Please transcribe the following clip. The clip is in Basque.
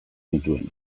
nituen